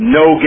no